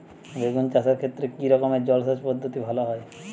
বেগুন চাষের ক্ষেত্রে কি রকমের জলসেচ পদ্ধতি ভালো হয়?